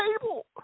table